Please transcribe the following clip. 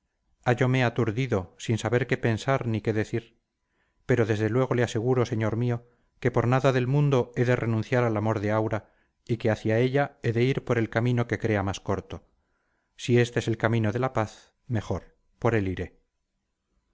desconcertado radicalmente hállome aturdido sin saber qué pensar ni qué decir pero desde luego le aseguro señor mío que por nada del mundo he de renunciar al amor de aura y que hacia ella he de ir por el camino que crea más corto si este es el camino de la paz mejor por él iré